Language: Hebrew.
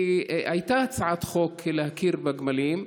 כי הייתה הצעת חוק להכיר בגמלים,